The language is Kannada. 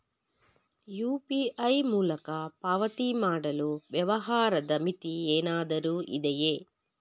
ಯು.ಪಿ.ಐ ಮೂಲಕ ಪಾವತಿ ಮಾಡಲು ವ್ಯವಹಾರದ ಮಿತಿ ಏನಾದರೂ ಇದೆಯೇ?